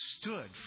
stood